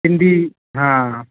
सिंधी हा